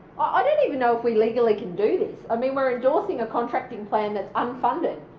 don't even know if we legally can do this. i mean, we're endorsing a contracting plan that's unfunded.